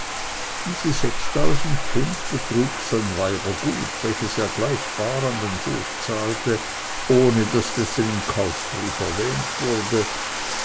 diese sechstausend pfund betrugen sein weibergut welches er gleich bar an den hof zahlte ohne daß dessen im kaufbrief erwähnt wurde